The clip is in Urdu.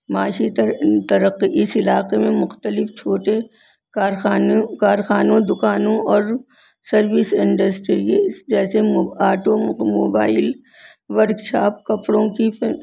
معاشی ترقی اس علاقے میں مختلف چھوٹے کارخانے کارخانوں دکانوں اور سروس انڈسٹری جیسے آٹو موبائل ورکشاپ کپڑوں کی